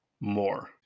more